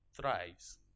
thrives